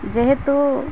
ଯେହେତୁ